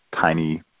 tiny